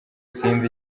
sinzi